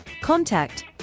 Contact